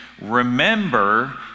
remember